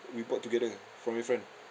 we bought together from your friend